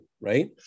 right